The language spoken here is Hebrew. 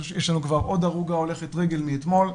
יש לנו כבר עוד הרוגה הולכת רגל מאתמול,